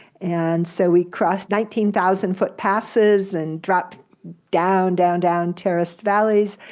and so we crossed nineteen thousand foot passes, and drop down, down, down terraced valleys.